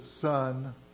Son